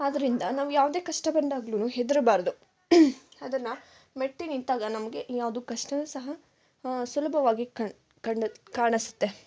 ಆದ್ರಿಂದ ನಾವು ಯಾವುದೇ ಕಷ್ಟ ಬಂದಾಗ್ಲೂ ಹೆದರಬಾರ್ದು ಅದನ್ನು ಮೆಟ್ಟಿ ನಿಂತಾಗ ನಮಗೆ ಯಾವುದು ಕಷ್ಟ ಸಹ ಸುಲಭವಾಗಿ ಕಂಡು ಕಾಣಿಸುತ್ತೆ